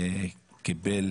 וקיבל